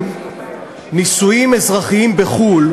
נישואים אזרחיים בחו"ל,